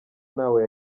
ntawe